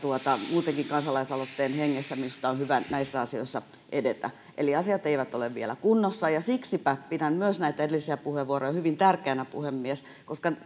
muutenkin kansalaisaloitteen hengessä minusta on hyvä näissä asioissa edetä eli asiat eivät ole vielä kunnossa ja siksipä myös pidän näitä edellisiä puheenvuoroja hyvin tärkeinä puhemies koska